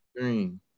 Green